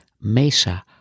mesa